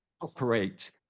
operate